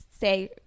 say